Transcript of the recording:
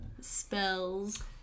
spells